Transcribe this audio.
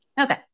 Okay